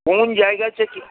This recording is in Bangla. কোন জায়গায় চেকিং